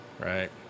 right